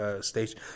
stage